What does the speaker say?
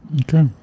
Okay